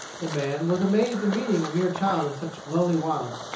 the man was amazed in meeting a mere child in such lonely wilds,